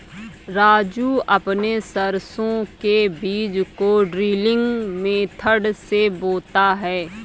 राजू अपने सरसों के बीज को ड्रिलिंग मेथड से बोता है